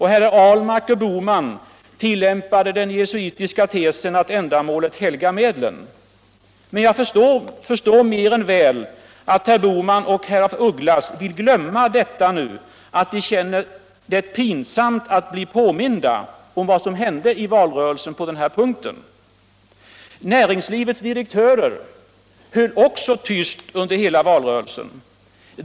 Herrar Ahlmark och Bohman tillämpade den jesuitiska 1tesen att ändamålet helgar medlen. Jag förstår mer än väl att herrar Bohman och af Ugglas vill glömma detta nu, därför att de känner det pinsamt att bli påminda om vad som hinde i valrörelsen på den här punkten. Näringslivets direktörer höll också tyst under hela valrörelsen.